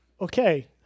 Okay